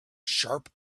sharp